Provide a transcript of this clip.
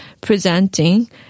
presenting